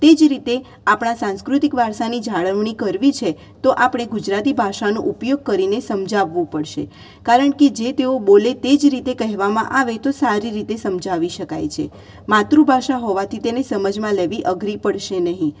તે જ રીતે આપણા સાંસ્કૃતિક વારસાની જાળવણી કરવી છે તો આપણે ગુજરાતી ભાષાનો ઉપયોગ કરીને સમજાવવું પડશે કારણ કે જે તેઓ બોલે તે જ રીતે કહેવામાં આવે તો સારી રીતે સમજાવી શકાય છે માતૃભાષા હોવાથી તેને સમજમાં લેવી અઘરી પડશે નહીં